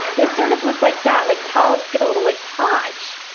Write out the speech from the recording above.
they sort of look like that, like polyps get a little like ponch,